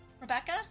Rebecca